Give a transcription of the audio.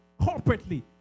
corporately